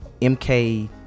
MK